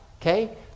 Okay